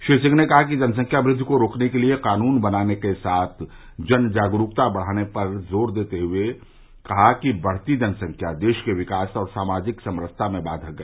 श्री सिंह ने जनसंख्या वृद्धि को रोकने के लिए कानून बनाने के साथ जनजागरूकता बढ़ाने पर जोर देते हुए कहा कि बढ़ती जनसंख्या देश के विकास और सामाजिक समरसता में बाघक है